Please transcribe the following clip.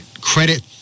credit